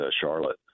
Charlotte